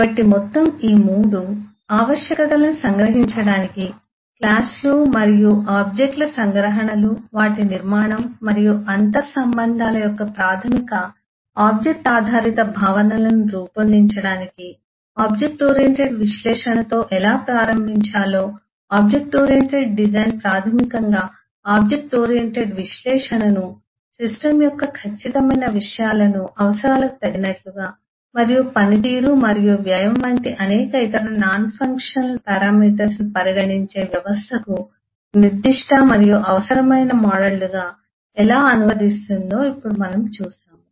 కాబట్టి మొత్తం ఈ 3 ఆవశ్యకతలను సంగ్రహించడానికి క్లాస్ లు మరియు ఆబ్జెక్ట్ ల సంగ్రహణలు వాటి నిర్మాణం మరియు అంతర్ సంబంధాల యొక్క ప్రాథమిక వస్తువు ఆధారిత భావనలను రూపొందించడానికి ఆబ్జెక్ట్ ఓరియెంటెడ్ విశ్లేషణతో ఎలా ప్రారంభించాలో ఆబ్జెక్ట్ ఓరియెంటెడ్ డిజైన్ ప్రాథమికంగా ఆబ్జెక్ట్ ఓరియెంటెడ్ విశ్లేషణను సిస్టమ్ యొక్క ఖచ్చితమైన విషయాలను అవసరాలకు తగినట్లుగా మరియు పనితీరు మరియు వ్యయం వంటి అనేక ఇతర నాన్ ఫంక్షనల్ పారామితులను పరిగణించే వ్యవస్థకు నిర్దిష్ట మరియు అవసరమైన మోడళ్లుగా ఎలా అనువదిస్తుందో ఇప్పుడు మనం చూశాము